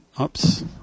Oops